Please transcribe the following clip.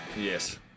Yes